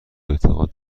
اعتقاد